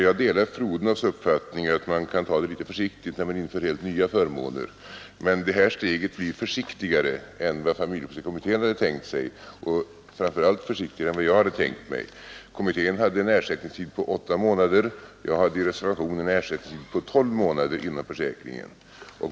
Jag delar fru Odhnoffs uppfattning att man kan ta det litet försiktigt när man inför helt nya förmåner, men det här steget blir försiktigare än vad familjepolitiska kommittén hade tänkt sig och framför allt försiktigare än jag hade tänkt mig. Kommittén föreslog en ersättningstid på åtta månader, och jag hade i reservationen en ersättningstid på tolv månader inom försäkringen.